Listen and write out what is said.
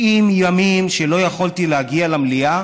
90 ימים שלא יכולתי להגיע למליאה